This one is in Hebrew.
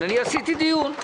אני עשיתי דיון.